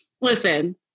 Listen